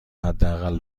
حداقل